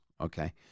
Okay